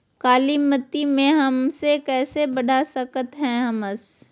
कालीमती में हमस कैसे बढ़ा सकते हैं हमस?